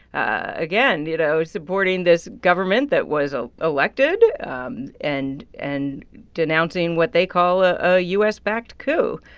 again, you know, supporting this government that was ah elected um and and denouncing what they call a u s backed coup.